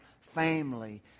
family